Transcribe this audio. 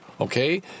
okay